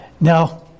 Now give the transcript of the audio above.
Now